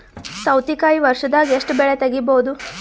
ಸೌತಿಕಾಯಿ ವರ್ಷದಾಗ್ ಎಷ್ಟ್ ಬೆಳೆ ತೆಗೆಯಬಹುದು?